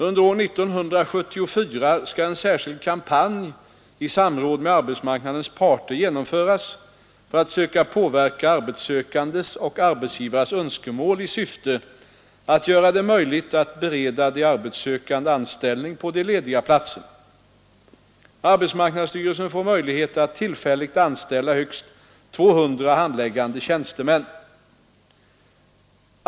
Under år 1974 skall en särskild kampanj i samråd med arbetsmarknadens parter genomföras för att söka påverka arbetssökandes och arbetsgivares önskemål i syfte att göra det möjligt att bereda de arbetssökande anställning på de lediga platserna. Arbetsmarknadsstyrelsen får möjlighet att tillfälligt anställa högst 200 handläggande tjänstemän.